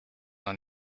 noch